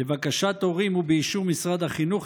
לבקשת הורים ובאישור משרד החינוך,